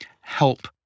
help